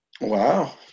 Wow